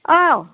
औ